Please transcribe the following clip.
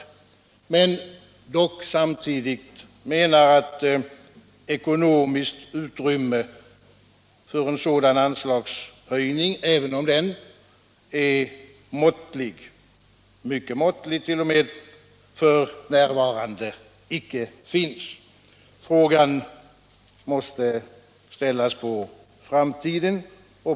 Samtidigt menar man dock att ekonomiskt utrymme för en sådan anslagshöjning, även om den är måttlig — mycket måttlig t.o.m. — f. n. icke finns. Frågan måste ställas på framtiden.